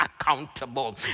accountable